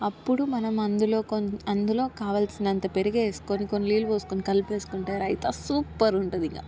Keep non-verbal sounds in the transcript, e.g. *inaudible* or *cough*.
అప్పుడు మనం అందులో *unintelligible* అందులో కావలసినంత పెరుగు పెరిగేసుకొని కొన్ని నీళ్లు పోసికొని కలిపేస్కుంటే రైతా సూపర్ ఉంటుంది ఇంకా